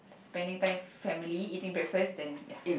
spending time with family eating breakfast then ya